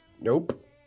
nope